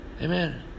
Amen